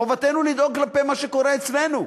חובתנו לדאוג כלפי מה שקורה אצלנו.